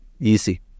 easy